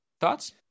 thoughts